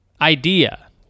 idea